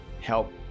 help